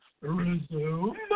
Resume